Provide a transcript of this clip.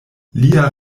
lia